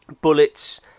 bullets